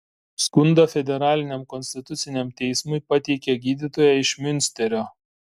skundą federaliniam konstituciniam teismui pateikė gydytoja iš miunsterio